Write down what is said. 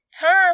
Turn